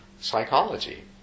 psychology